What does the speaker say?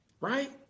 Right